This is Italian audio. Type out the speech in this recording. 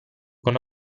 con